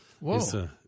Whoa